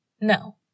No